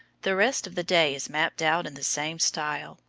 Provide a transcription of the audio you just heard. the rest of the day is mapped out in the same style.